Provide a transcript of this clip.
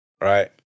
right